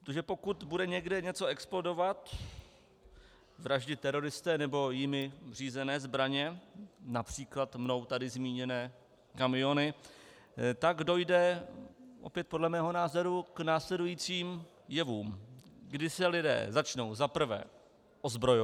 Protože pokud bude někde něco explodovat, vraždit teroristé nebo jimi řízené zbraně, např. mnou tady zmíněné kamiony, tak dojde opět podle mého názoru k následujícím jevům, kdy se lidé začnou za prvé ozbrojovat.